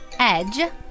edge